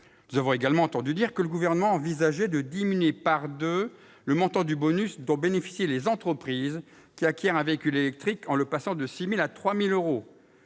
Nous avons également entendu dire que le Gouvernement envisageait de diminuer de moitié le montant du bonus dont bénéficient les entreprises qui acquièrent un véhicule électrique, en le faisant passer de 6 000 euros